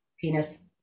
penis